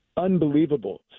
Unbelievable